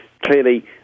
clearly